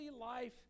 life